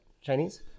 Chinese